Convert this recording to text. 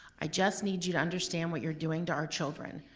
i just need you to understand what you're doing to our children,